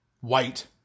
white